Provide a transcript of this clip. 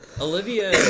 Olivia